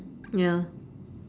ya